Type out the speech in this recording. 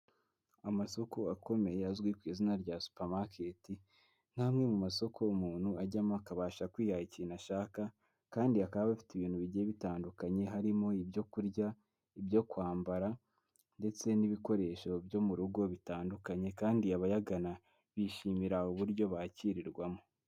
Amasoko akomeye azwi ku izina rya supamaketi nkamwe mu masoko umuntu ajyamo akabasha kwiha ikintu ashaka kandi akaba bafite ibintu bigiye bitandukanye harimo ibyo kurya, ibyo kwambara ndetse n'ibikoresho byo mu rugo bitandukanye kandi abayagana bishimira uburyo bakirirwamo.